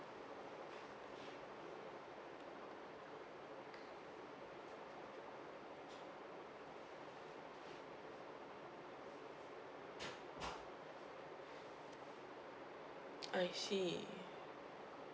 I see